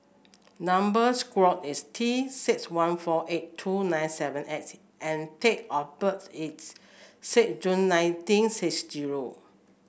number square is T six one four eight two nine seven S and date of birth is six June nineteen six zero